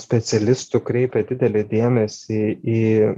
specialistų kreipia didelį dėmesį į